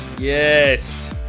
yes